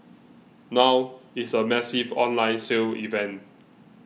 now it's a massive online sale event